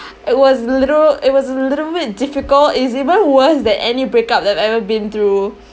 it was literal it was a little bit difficult it's even worse than any breakup I've ever been through